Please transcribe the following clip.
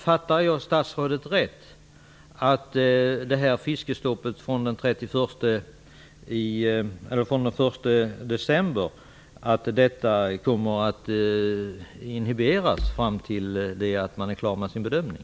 Fattar jag statsrådet rätt, att fiskestoppet från den 1 december kommer att inhiberas fram till det att man är klar med sin bedömning?